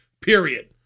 period